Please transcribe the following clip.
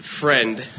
friend